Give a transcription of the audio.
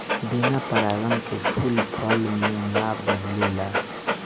बिन परागन के फूल फल मे ना बदलेला